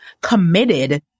committed